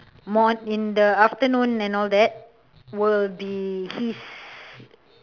more in the afternoon and all that will be his